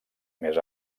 més